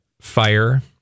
fire